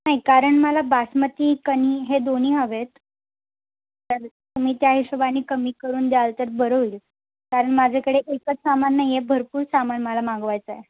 नाही कारण मला बासमती कणी हे दोन्ही हवे आहेत तर तुम्ही त्या हिशोबाने कमी करून द्याल तर बरं होईल कारण माझ्याकडे एकच सामान नाही आहे भरपूर सामान मला मागवायचं आहे